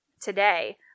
today